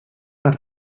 per